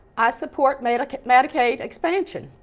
i support medicaid medicaid expansion.